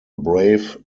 brave